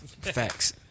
Facts